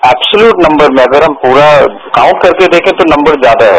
absolute number में अगर हम प्ररा काउंट करके देखे तो नंबरज्यादा है